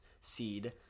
seed